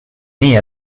nii